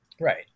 Right